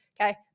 Okay